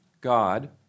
God